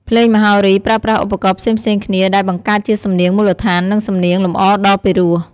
ភ្លេងមហោរីប្រើប្រាស់ឧបករណ៍ផ្សេងៗគ្នាដែលបង្កើតជាសំនៀងមូលដ្ឋាន និងសំនៀងលម្អដ៏ពិរោះ។